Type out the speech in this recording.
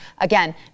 Again